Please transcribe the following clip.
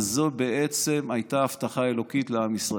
וזו בעצם הייתה הבטחה אלוקית לעם ישראל.